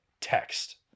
text